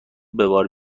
بار